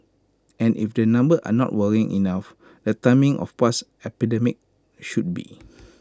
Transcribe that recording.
and if the numbers are not worrying enough the timing of past epidemics should be